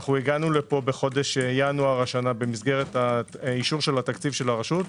הגענו הנה בחודש ינואר השנה במסגרת אישור תקציב הרשות,